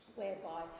whereby